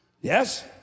Yes